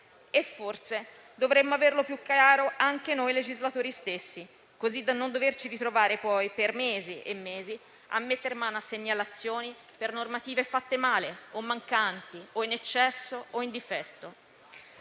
E forse dovremmo averlo più chiaro anche noi legislatori stessi, così da non doverci ritrovare poi per mesi e mesi a mettere mano a segnalazioni per normative fatte male o mancanti in eccesso o in difetto.